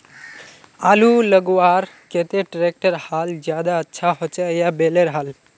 आलूर लगवार केते ट्रैक्टरेर हाल ज्यादा अच्छा होचे या बैलेर हाल?